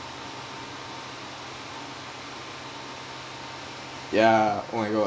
yeah oh my god